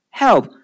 help